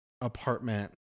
apartment